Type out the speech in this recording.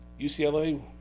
UCLA